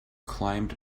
climbed